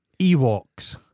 Ewoks